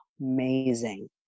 amazing